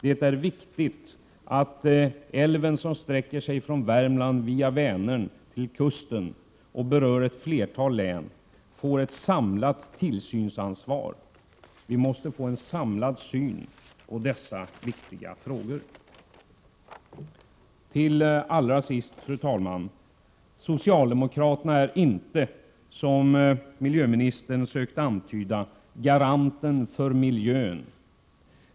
Det är viktigt att älven, som sträcker sig från Värmland via Vänern till kusten och berör ett flertal län, får ett samlat tillsynsansvar. Vi måste få en samlad syn på dessa viktiga frågor. Till allra sist, fru talman: Socialdemokraterna är inte, som miljöministern söker antyda, garanten för miljön.